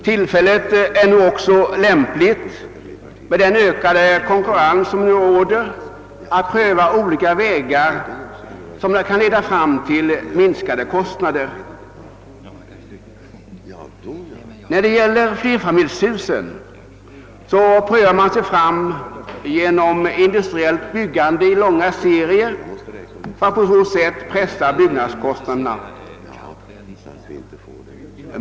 Tillfället är nu också lämpligt, med den ökade konkurrens som råder, att pröva olika vägar som kan leda fram till minskade kostnader. När det gäller flerfamiljshusen prövar man sig fram genom industriellt byggande i långa serier för att på så sätt pressa byggnadskostnaderna.